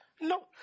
No